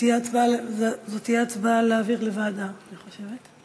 זו תהיה הצבעה להעביר לוועדה, אני חושבת.